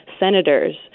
senators